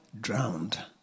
drowned